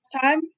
time